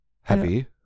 heavy